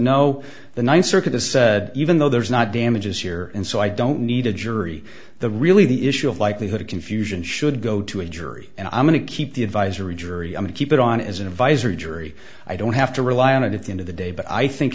no the th circuit has said even though there's not damages here and so i don't need a jury the really the issue of likelihood of confusion should go to a jury and i'm going to keep the advisory jury and keep it on as an advisor jury i don't have to rely on it at the end of the day but i think